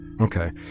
okay